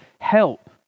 help